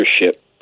leadership